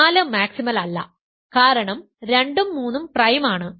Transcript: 4 maximal അല്ല കാരണം 2 ഉം 3 ഉം പ്രൈം ആണ്